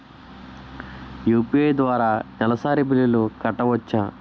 UPI ద్వారా నెలసరి బిల్లులు కట్టవచ్చా?